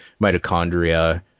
mitochondria